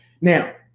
Now